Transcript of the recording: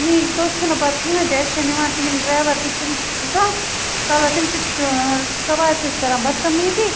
نِنۍ تۄہہِ چھُو نہٕ پَتہٕ کٕہۭنۍ تہِ اٮ۪کشَن نِوان تہٕ یِم ڈرٛایوَر تہِ چھِ یِم تہِ چھِ کھَسان کَلَس یِم چھِ سَوارِ سۭتۍ کَران بَدتَمیٖزی